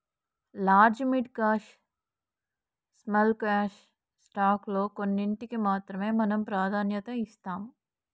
large mid cap small cap stock లో కొన్నింటికీ మాత్రమే మనం ప్రాధాన్యత ఇస్తాం